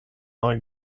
neu